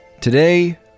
Today